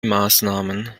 maßnahmen